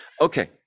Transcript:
Okay